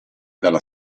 dalla